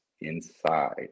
inside